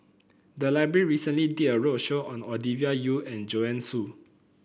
the library recently did a roadshow on Ovidia Yu and Joanne Soo